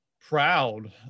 proud